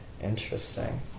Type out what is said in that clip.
Interesting